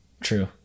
True